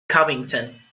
covington